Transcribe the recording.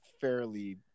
fairly